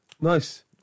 Nice